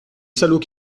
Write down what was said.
salaud